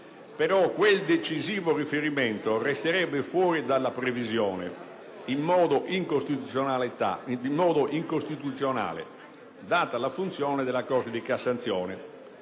quel decisivo riferimento resterebbe fuori della previsione in modo incostituzionale, data la funzione della Corte di cassazione;